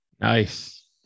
Nice